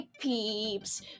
peeps